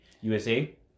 usa